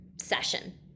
session